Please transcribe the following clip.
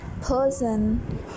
person